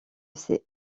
ces